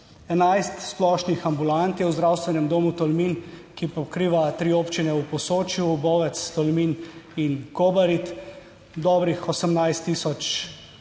Enajst splošnih ambulant je v Zdravstvenem domu Tolmin, ki pokriva tri občine v Posočju Bovec, Tolmin in Kobarid, dobrih 18 tisoč